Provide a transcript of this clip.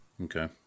Okay